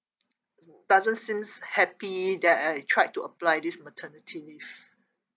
doesn't seems happy that I tried to apply this maternity leave